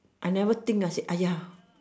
I never think ah said !aiya!